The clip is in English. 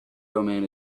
domain